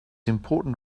important